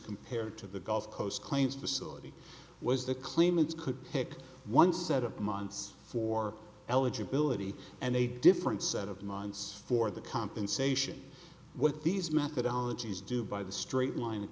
compared to the gulf coast claims facility was the claimants could pick one set of months for eligibility and a different set of months for the compensation what these methodology is due by the straight line a